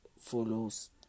follows